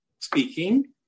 Speaking